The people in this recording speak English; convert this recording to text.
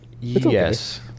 Yes